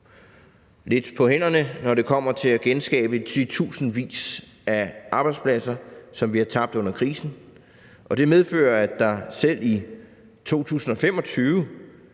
lidt på hænderne, når det kommer til at genskabe de tusindvis af arbejdspladser, som vi har tabt under krisen, og det medfører, at der selv i 2025